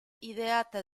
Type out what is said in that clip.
ideata